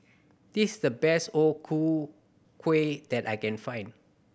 this is the best O Ku Kueh that I can find